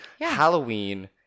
Halloween